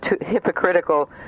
hypocritical